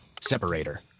Separator